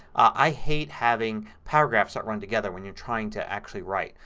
i hate having paragraphs that run together when you're trying to actually write.